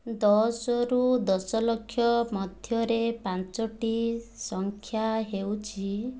ଦଶରୁ ଦଶଲକ୍ଷ ମଧ୍ୟରେ ପାଞ୍ଚଟି ସଂଖ୍ୟା ହେଉଛି